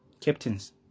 captains